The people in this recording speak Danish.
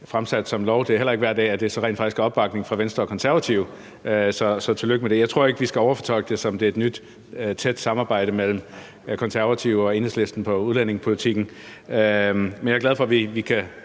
fremsat som lovforslag. Det er heller ikke hver dag, der så rent faktisk er opbakning fra Venstre og Konservative. Så tillykke med det. Jeg tror ikke, at vi skal overfortolke det, som om det er et nyt, tæt samarbejde mellem Konservative og Enhedslisten på udlændingepolitikken, men jeg er glad for, at vi kan